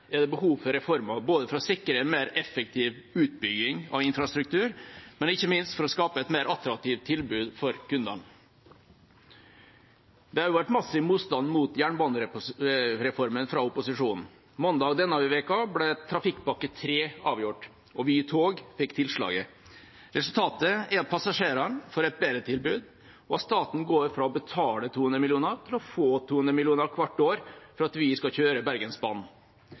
er det behov for reformer, både for å sikre en mer effektiv utbygging av infrastruktur og ikke minst for å skape et attraktivt tilbud for kundene. Det har vært massiv motstand mot jernbanereformen fra opposisjonen. Mandag denne uka ble Trafikkpakke 3 avgjort og Vy Tog fikk tilslaget. Resultatet er at passasjerene får et bedre tilbud, og at staten går fra å betale 200 mill. kr til å få 200 mill. kr hvert år for at Vy skal kjøre